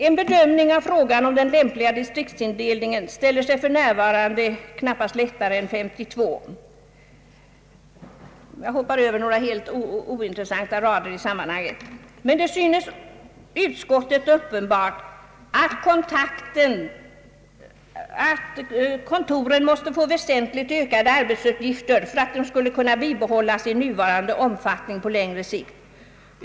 »En bedömning av frågan om den lämpliga distriktsindelningen ställer sig för närvarande knappast lättare än 1952 ——— men det synes utskottet uppenbart att kontoren måste få väsentligt ökade arbetsuppgifter för att de skall kunna behållas i nuvarande omfattning på längre sikt.